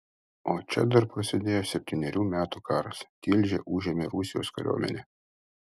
o čia dar prasidėjo septynerių metų karas tilžę užėmė rusijos kariuomenė